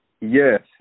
Yes